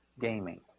gaming